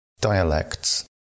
Dialects